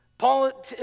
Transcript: Paul